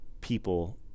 people